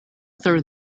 through